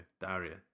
Daria